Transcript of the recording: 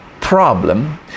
problem